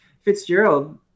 Fitzgerald